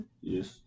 Yes